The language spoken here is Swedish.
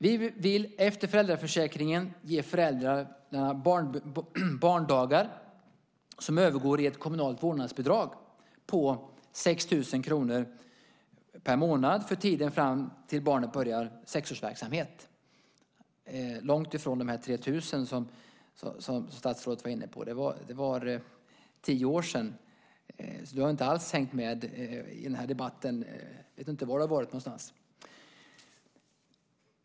Vi vill efter föräldraförsäkringen ge föräldrarna barndagar som övergår i ett kommunalt vårdnadsbidrag på 6 000 kr per månad för tiden fram till dess att barnet börjar i sexårsverksamhet - långt ifrån de 3 000 kr som statsrådet var inne på. Det var tio år sedan. Du har inte alls hängt med i den här debatten. Jag vet inte var du har varit någonstans.